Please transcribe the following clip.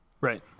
right